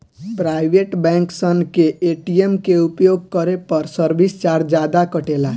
private bank सन के ATM के उपयोग करे पर सर्विस चार्ज जादा कटेला